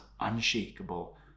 unshakable